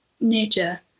nature